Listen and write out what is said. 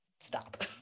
stop